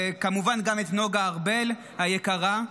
וכמובן גם נוגה ארבל היקרה.